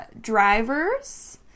drivers